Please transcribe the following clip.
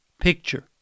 picture